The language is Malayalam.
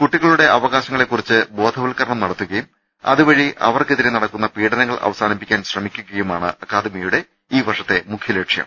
കുട്ടികളുടെ അവകാശങ്ങളെക്കുറിച്ചു ബോധവത്കരണം നടത്തുകയും അതുവഴി അവർക്കെതിരെ നടക്കുന്ന പീഡനങ്ങൾ അവസാനിപ്പിക്കാൻ ശ്രമിക്കുകയുമാണ് അക്കാദമി യുടെ ഈ വർഷത്തെ മുഖ്യ ലക്ഷ്യം